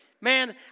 man